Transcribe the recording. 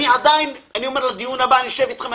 לדיון הבא אני אשב אתכם,